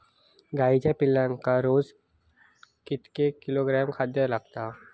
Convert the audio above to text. गाईच्या पिल्लाक रोज कितके किलोग्रॅम खाद्य लागता?